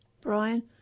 Brian